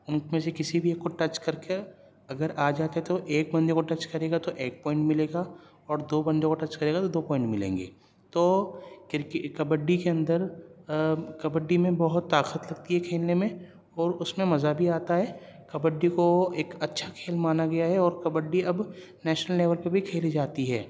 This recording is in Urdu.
ان میں سے کسی بھی ایک کو ٹچ کرکے اگر آ جاتا ہے تو ایک بندے کو ٹچ کرے گا تو ایک پوائنٹ ملے گا اور دو بندوں کو ٹچ کرے گا تو دو پوائنٹ ملیں گے تو کرکی کبڈی کے اندر کبڈی میں بہت طاقت لگتی ہے کھیلنے میں اور اس میں مزہ بھی آتا ہے کبڈی کو ایک اچھا کھیل مانا گیا ہے اور کبڈی اب نیشنل لیول پہ بھی کھیلی جاتی ہے